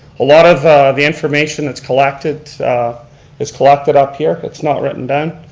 a lot of the information that's collected is collected up here, it's not written down.